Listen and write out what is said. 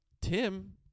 Tim